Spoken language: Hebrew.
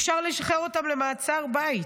אפשר לשחרר אותם למעצר בית.